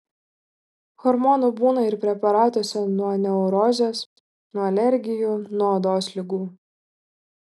hormonų būna ir preparatuose nuo neurozės nuo alergijų nuo odos ligų